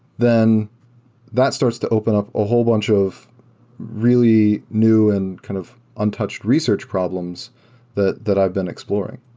then that starts to open up a whole bunch of really new and kind of untouched research problems that that i've been exploring.